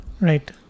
Right